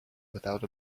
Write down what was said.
without